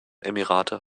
emirate